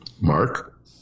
Mark